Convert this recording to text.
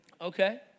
Okay